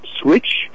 switch